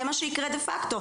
זה מה שיקרה דה פקטו.